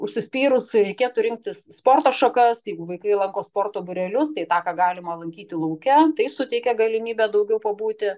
užsispyrus reikėtų rinktis sporto šakas jeigu vaikai lanko sporto būrelius tai tą ką galima lankyti lauke tai suteikia galimybę daugiau pabūti